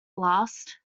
last